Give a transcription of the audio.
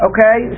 Okay